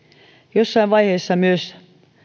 jossain vaiheessa myös